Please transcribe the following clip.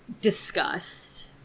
discussed